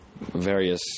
various